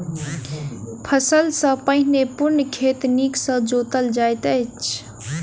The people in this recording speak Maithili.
फसिल सॅ पहिने पूर्ण खेत नीक सॅ जोतल जाइत अछि